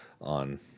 on